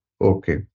Okay